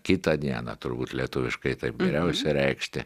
kitą dieną turbūt lietuviškai taip geriausia reikšti